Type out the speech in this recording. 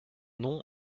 nom